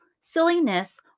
silliness